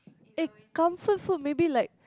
eh comfort food maybe like